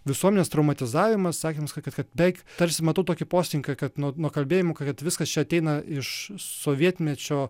visuomenės traumatizavimas sakant kad kad beveik tarsi matau tokį poslinkį kad nuo kalbėjimo kad viskas čia ateina iš sovietmečio